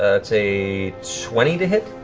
that's a twenty to hit.